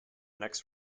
next